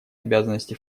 обязанности